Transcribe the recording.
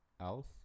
else